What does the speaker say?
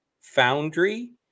foundry